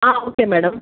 okay madam